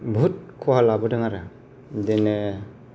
बुहुथ खहा लाबोदों आरो बिदिनो